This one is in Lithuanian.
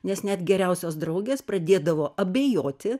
nes net geriausios draugės pradėdavo abejoti